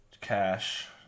cash